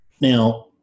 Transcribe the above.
Now